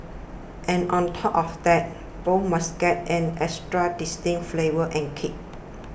and on top of that both must get an extra distinct flavour and kick